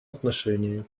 отношении